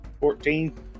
Fourteen